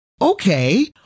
okay